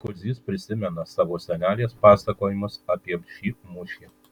kudzys prisimena savo senelės pasakojimus apie šį mūšį